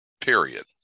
Period